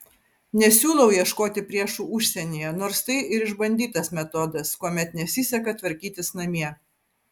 nesiūlau ieškoti priešų užsienyje nors tai ir išbandytas metodas kuomet nesiseka tvarkytis namie